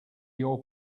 your